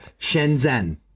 Shenzhen